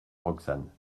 roxane